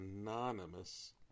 Anonymous